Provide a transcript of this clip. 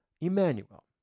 Emmanuel